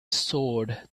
soared